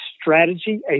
strategy